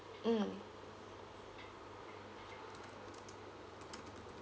mm